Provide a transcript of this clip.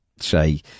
say